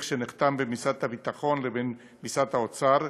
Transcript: שנחתם בין משרד הביטחון לבין משרד האוצר,